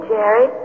Jerry